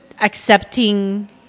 Accepting